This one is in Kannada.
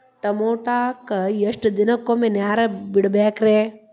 ಟಮೋಟಾಕ ಎಷ್ಟು ದಿನಕ್ಕೊಮ್ಮೆ ನೇರ ಬಿಡಬೇಕ್ರೇ?